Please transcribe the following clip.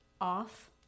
off